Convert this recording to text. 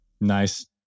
Nice